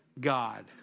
God